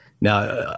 Now